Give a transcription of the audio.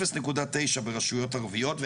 אפס נקודה תשע ברשויות ערביות,